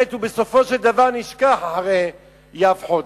המת בסופו של דבר נשכח, אחרי י"ב חודש.